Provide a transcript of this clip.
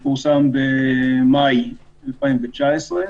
במאי 2019,